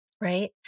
right